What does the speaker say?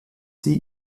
sie